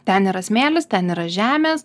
ten yra smėlis ten yra žemės